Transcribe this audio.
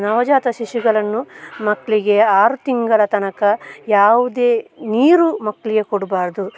ನವಜಾತ ಶಿಶುಗಳನ್ನು ಮಕ್ಕಳಿಗೆ ಆರು ತಿಂಗಳ ತನಕ ಯಾವುದೇ ನೀರು ಮಕ್ಕಳಿಗೆ ಕೊಡಬಾರ್ದು